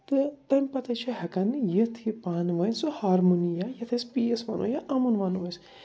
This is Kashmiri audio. تہٕ تَمہِ پَتے چھِ ہٮ۪کان یِتھ یہِ پانوٲنۍ سۅ ہارمونِیا یَتھ أسۍ پیٖس وَنو یا اَمُن وَنو أسۍ